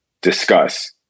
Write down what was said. discuss